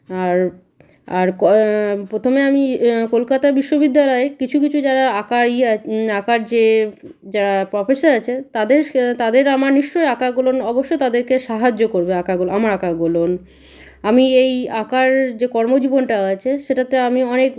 আর আর ক প্রথমে আমি কলকাতা বিশ্ববিদ্যালয়ের কিছু কিছু যারা আঁকার ইয়ে আঁকার যে যারা প্রফেসর আছেন তাদের স তাদের আমা নিশ্চয়ই আঁকাগুলো অবশ্যই তাদেরকে সাহায্য করবে আঁকাগুলো আমার আঁকাগুলো আমি এই আঁকার যে কর্মজীবনটা আছে সেটাতে আমি অনেক